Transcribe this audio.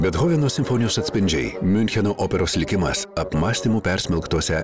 bethoveno simfonijos atspindžiai miuncheno operos likimas apmąstymų persmelktuose